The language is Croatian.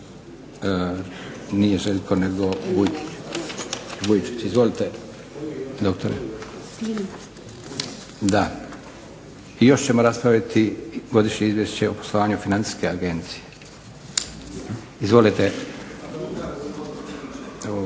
banke doktor Boris Vujčić. Izvolite doktore. I još ćemo raspraviti Godišnje izvješće o poslovanju Financijske agencije. Izvolite. **Vujčić,